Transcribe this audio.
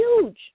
huge